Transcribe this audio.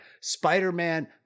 Spider-Man